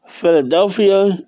Philadelphia